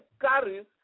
carries